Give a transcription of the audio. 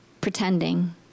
pretending